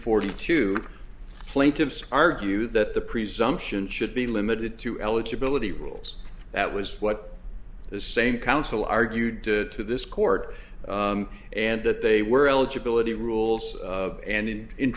forty two plaintiffs argue that the presumption should be limited to eligibility rules that was what the same counsel argued to this court and that they were eligibility rules and in